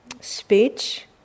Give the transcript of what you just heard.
speech